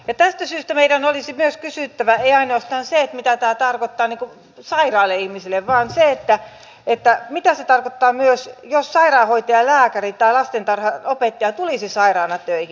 tästä syystä meidän olisi myös kysyttävä ei ainoastaan sitä mitä tämä tarkoittaa sairaille ihmisille vaan sitä mitä se tarkoittaa myös jos sairaanhoitaja lääkäri tai lastentarhanopettaja tulisi sairaana töihin